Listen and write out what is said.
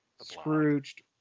Scrooged